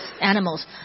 animals